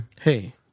hey